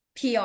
PR